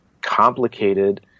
complicated